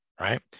right